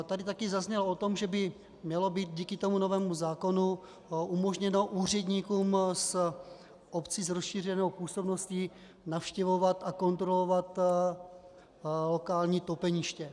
Tady také zaznělo o tom, že by mělo být díky novému zákonu umožněno úředníkům z obcí s rozšířenou působností navštěvovat a kontrolovat lokální topeniště.